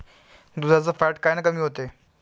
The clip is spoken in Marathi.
दुधाचं फॅट कायनं कमी होते?